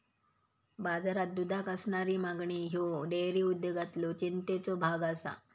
बाजारात दुधाक असणारी मागणी ह्यो डेअरी उद्योगातलो चिंतेचो भाग आसा